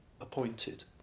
appointed